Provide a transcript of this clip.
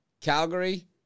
Calgary